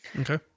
okay